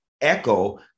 echo